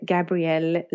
Gabrielle